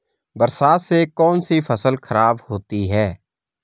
बरसात से कौन सी फसल खराब होती है?